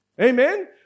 Amen